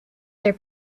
their